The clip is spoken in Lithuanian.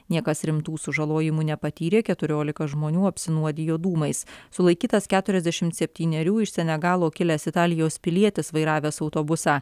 niekas rimtų sužalojimų nepatyrė keturiolika žmonių apsinuodijo dūmais sulaikytas keturiasdešimt spetynerių iš senegalo kilęs italijos pilietis vairavęs autobusą